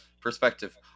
perspective